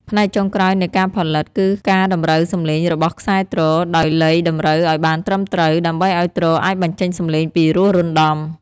ផ្នែកចុងក្រោយនៃការផលិត គឺការតម្រូវសំឡេងរបស់ខ្សែទ្រ ដោយលៃតម្រូវឱ្យបានត្រឹមត្រូវ ដើម្បីឱ្យទ្រអាចបញ្ចេញសំឡេងពីរោះរណ្ដំ។